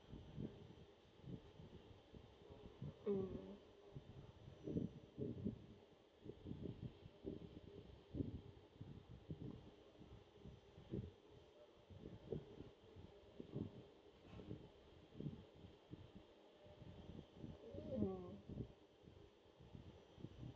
um( mm)